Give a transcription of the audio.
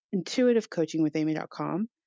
intuitivecoachingwithamy.com